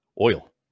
oil